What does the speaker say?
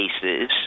cases